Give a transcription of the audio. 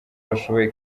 bashoboye